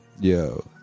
yo